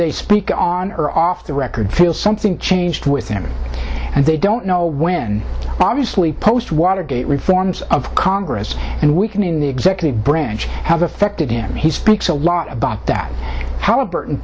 they speak on or off the record feel something changed with them and they don't know when obviously post watergate reforms of congress and weakening the executive branch have affected him he speaks a lot about that h